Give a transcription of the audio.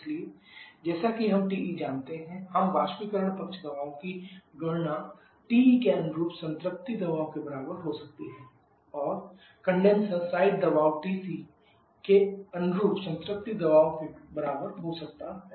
इसलिए जैसा कि हम TE जानते हैं हम बाष्पीकरण पक्ष दबाव की गणना TE के अनुरूप संतृप्ति दबाव के बराबर हो सकती है और कंडेनसर साइड दबाव TC के अनुरूप संतृप्ति दबाव के बराबर हो सकता है